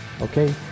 okay